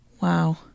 wow